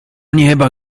nieba